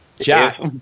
Jack